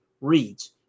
reads